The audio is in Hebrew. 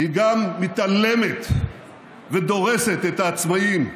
היא גם מתעלמת ודורסת את העצמאים.